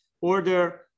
order